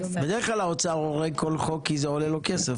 בדרך כלל האוצר הורג כל חוק כי זה עולה לו כסף,